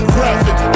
Graphic